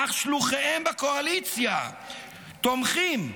אך שלוחיהם בקואליציה תומכים,